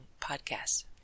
podcasts